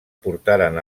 portaren